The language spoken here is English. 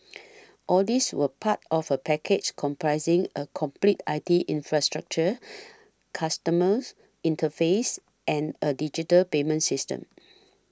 all these were part of a package comprising a complete I T infrastructure customers interface and a digital payment system